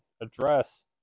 address